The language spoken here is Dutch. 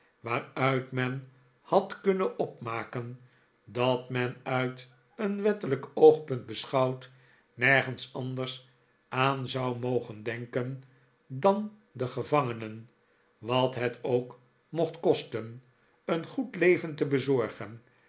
waaruit men had kunnen opmaken dat men uit een wettelijk oogpunt beschouwd nergens anders aan zou mogen denken dan den gevangenen wat het ook mocht kosten een goed leven te bezorgen